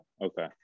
okay